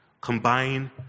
Combine